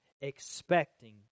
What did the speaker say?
expecting